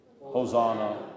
Hosanna